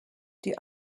die